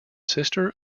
sister